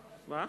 לא.